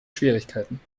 schwierigkeiten